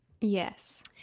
Yes